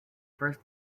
first